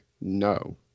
no